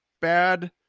bad